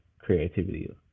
creativity